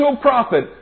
prophet